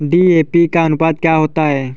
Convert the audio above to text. DAP का अनुपात क्या होता है?